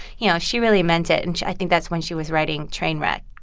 you know, she really meant it. and i think that's when she was writing trainwreck.